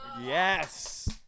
Yes